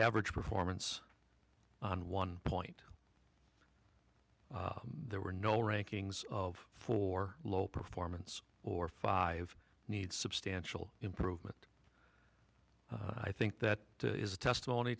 average performance on one point there were no rankings of four low performance or five needs substantial improvement i think that is a testimony